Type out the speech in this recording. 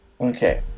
okay